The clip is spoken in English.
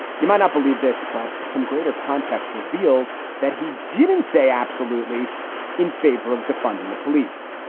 you might not believe this, but some greater context reveals that he didn't say absolutely in favor of defunding the police.